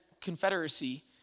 Confederacy